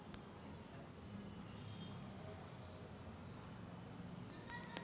QR code न मले माये जेवाचे पैसे देता येईन का?